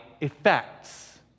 effects